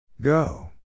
Go